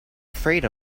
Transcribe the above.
afraid